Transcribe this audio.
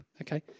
okay